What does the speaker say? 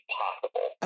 possible